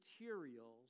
materials